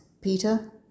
Peter